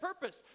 purpose